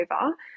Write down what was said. over